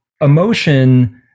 emotion